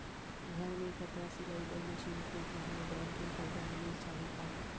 घर मे कपड़ा सिलाई बार मशीन खरीदना हे बैंक ले करजा मिलिस जाही का?